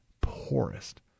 poorest